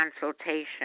consultation